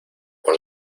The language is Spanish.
con